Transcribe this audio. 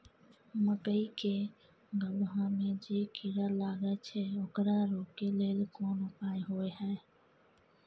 मकई के गबहा में जे कीरा लागय छै ओकरा रोके लेल कोन उपाय होय है?